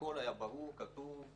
הכול היה ברור, כתוב.